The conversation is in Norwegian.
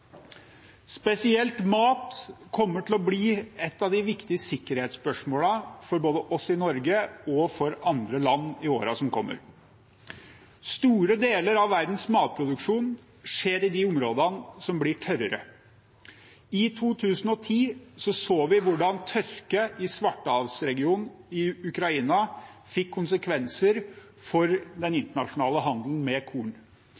Spesielt mat kommer til å bli et av de viktige sikkerhetsspørsmålene for både Norge og andre land i årene som kommer. Store deler av verdens matproduksjon skjer i de områdene som blir tørrere. I 2010 så vi hvordan tørke i Svartehavsregionen i Ukraina fikk konsekvenser for den internasjonale handelen med korn,